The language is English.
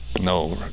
no